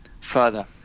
further